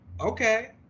Okay